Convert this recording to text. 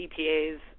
EPA's